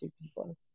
people